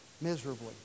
miserably